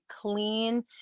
clean